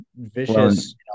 vicious